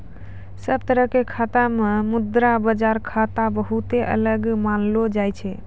सब तरह के खाता से मुद्रा बाजार खाता बहुते अलग मानलो जाय छै